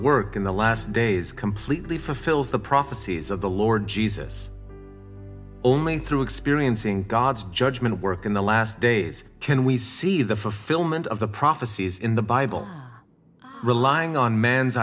work in the last days completely fulfills the prophecies of the lord jesus only through experiencing god's judgment work in the last days can we see the for film and of the prophecies in the bible relying on man's